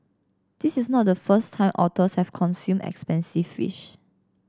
this is not the first time otters have consumed expensive fish